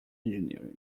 engineering